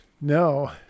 No